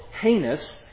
heinous